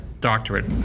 Doctorate